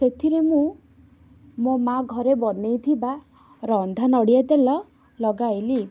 ସେଥିରେ ମୁଁ ମୋ ମା ଘରେ ବନେଇ ଥିବା ରନ୍ଧା ନଡ଼ିଆ ତେଲ ଲଗାଇଲି